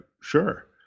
sure